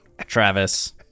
Travis